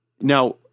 Now